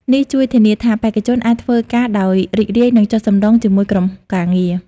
នេះជួយធានាថាបេក្ខជនអាចធ្វើការដោយរីករាយ និងចុះសម្រុងជាមួយក្រុមការងារ។